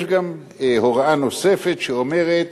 יש גם הוראה נוספת שאומרת